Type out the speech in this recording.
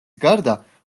გარდა